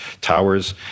towers